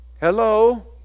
Hello